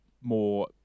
more